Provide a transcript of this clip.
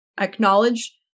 acknowledge